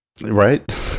right